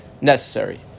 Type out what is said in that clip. necessary